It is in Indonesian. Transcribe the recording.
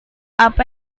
apa